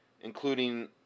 including